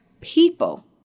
people